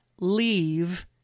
leave